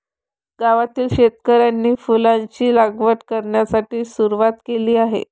गावातील शेतकऱ्यांनी फुलांची लागवड करण्यास सुरवात केली आहे